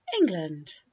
england